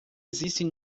existem